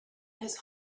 his